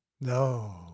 no